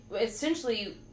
essentially